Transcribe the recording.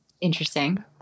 Interesting